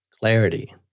Clarity